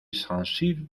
sensible